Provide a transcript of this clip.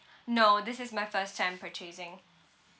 no this is my first time purchasing